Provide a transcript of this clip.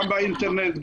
גם באינטרנט,